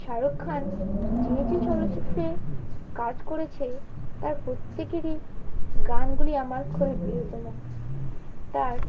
শাহরুখ খান যে যে চলচ্চিত্রে কাজ করেছে তার প্রত্যেকেরই গানগুলি আমার খুবই প্রিয়তম তার